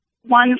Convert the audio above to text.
one